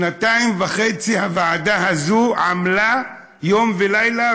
שנתיים וחצי הוועדה הזאת עמלה יום ולילה,